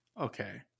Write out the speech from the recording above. Okay